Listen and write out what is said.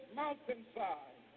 mountainside